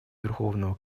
верховного